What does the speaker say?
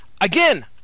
again